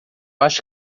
acho